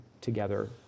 together